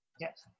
Yes